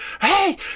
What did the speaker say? Hey